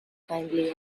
kindly